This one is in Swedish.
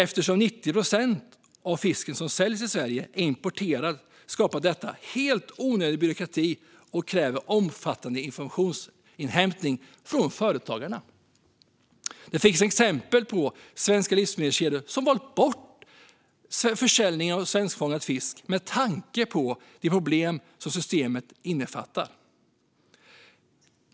Eftersom 90 procent av den fisk som säljs i Sverige är importerad skapar detta helt onödig byråkrati och kräver omfattande informationsinhämtning från företagarna. Det finns exempel på svenska livsmedelskedjor som valt bort försäljning av svenskfångad fisk med tanke på de problem som systemet innefattar.